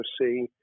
see